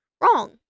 wrong